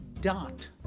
dot